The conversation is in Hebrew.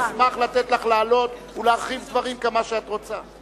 אשמח לתת לך לעלות ולהרחיב דברים כמה שאת רוצה.